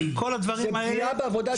כל הדברים האלה --- זה פגיעה בעבודת השיטור.